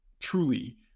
truly